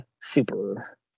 super